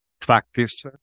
practice